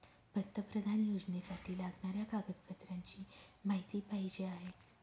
पंतप्रधान योजनेसाठी लागणाऱ्या कागदपत्रांची माहिती पाहिजे आहे